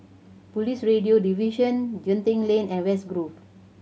Police Radio Division Genting Lane and West Grove